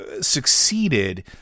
succeeded